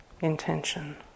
intention